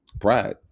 pride